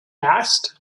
asked